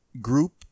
group